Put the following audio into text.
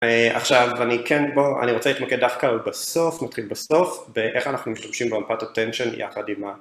עכשיו אני כן פה, אני רוצה להתמקד דווקא בסוף, נתחיל בסוף, באיך אנחנו משתמשים במפת אטנשן יחד עם ה..